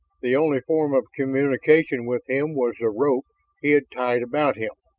the only form of communication with him was the rope he had tied about him,